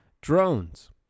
drones